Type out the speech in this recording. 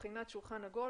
בבחינת שולחן עגול,